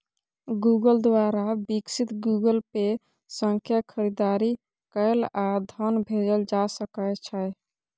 Google द्वारा विकसित Google Pay सं खरीदारी कैल आ धन भेजल जा सकै छै